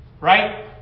Right